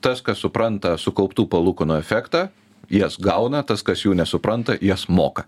tas kas supranta sukauptų palūkanų efektą jas gauna tas kas jų nesupranta jas moka